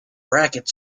racket